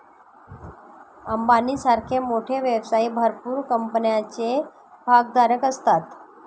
अंबानी सारखे मोठे व्यवसायी भरपूर कंपन्यांचे भागधारक असतात